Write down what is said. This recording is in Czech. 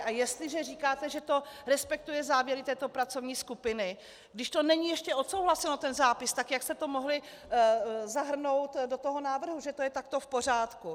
A jestliže říkáte, že to respektuje závěry této pracovní skupiny, když to není ještě odsouhlaseno, ten zápis, tak jak jste to mohli zahrnout do toho návrhu, že to je takto v pořádku?